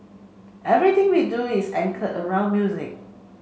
everything we do is anchored around music